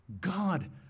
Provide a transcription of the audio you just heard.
God